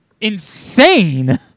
insane